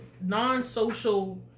non-social